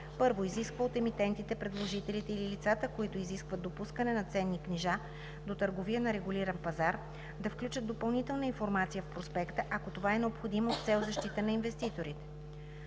1. изисква от емитентите, предложителите или лицата, които искат допускане на ценни книжа до търговия на регулиран пазар, да включат допълнителна информация в проспекта, ако това е необходимо с цел защита на инвеститорите;